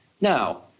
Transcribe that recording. Now